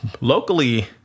Locally